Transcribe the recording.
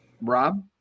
Rob